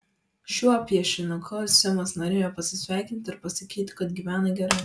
šiuo piešinuku simas norėjo pasisveikinti ir pasakyti kad gyvena gerai